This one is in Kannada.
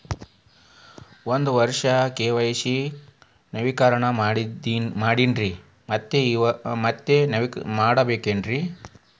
ಹೋದ ವರ್ಷ ಕೆ.ವೈ.ಸಿ ನವೇಕರಣ ಮಾಡೇನ್ರಿ ಮತ್ತ ಮಾಡ್ಬೇಕೇನ್ರಿ?